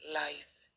life